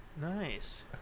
Nice